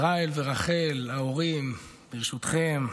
ישראל ורחל, ההורים, ברשותכם,